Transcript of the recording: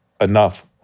enough